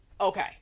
okay